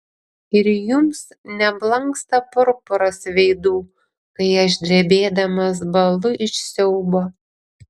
ir jums neblanksta purpuras veidų kai aš drebėdamas bąlu iš siaubo